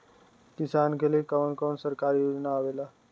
किसान के लिए कवन कवन सरकारी योजना आवेला?